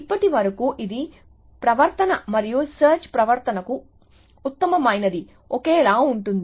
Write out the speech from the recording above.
ఇప్పటివరకు ఇది ప్రవర్తన మరియు సెర్చ్ ప్రవర్తనకు ఉత్తమమైనది ఒకేలా ఉంటుంది